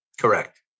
Correct